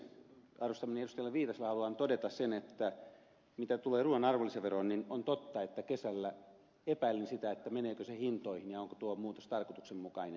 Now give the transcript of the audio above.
viitaselle haluan todeta sen että mitä tulee ruuan arvonlisäveroon niin on totta että kesällä epäilin sitä meneekö se hintoihin ja onko tuo muutos tarkoituksenmukainen